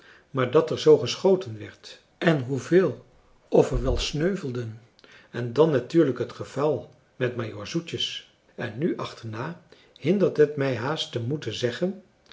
maar dat er zoo geschoten werd en hoeveel of er wel sneuvelden en dan natuurlijk het geval met majoor zoetjes en nu achterna hindert het mij haast te moeten zeggen